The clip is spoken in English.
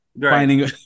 finding